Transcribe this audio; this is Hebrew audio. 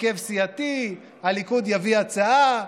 הרכב סיעתי, הליכוד יביא הצעה,